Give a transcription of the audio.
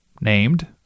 named